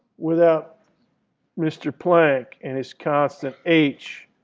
without mr. planck and his constant h.